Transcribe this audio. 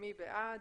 מי בעד?